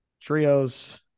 trios